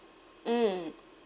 mm